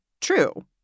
true